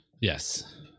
Yes